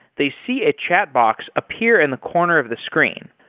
they see a chatbox appear in the corner of the screen.